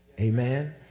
Amen